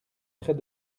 près